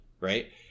right